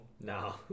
No